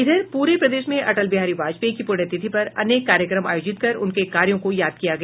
इधर प्ररे प्रदेश में अटल बिहारी वाजपेयी की प्रण्यतिथि पर अनेक कार्यक्रम आयोजित कर उनके कार्यों को याद किया गया